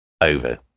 over